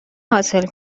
حاصل